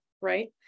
right